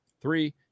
three